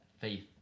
faith